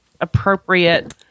appropriate